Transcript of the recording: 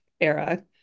era